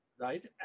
Right